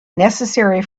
necessary